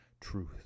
truth